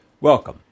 Welcome